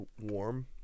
warm